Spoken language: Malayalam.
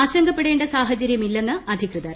ആശങ്കപ്പെടേണ്ട സാഹചര്യമില്ലെന്ന് അധികൃതർ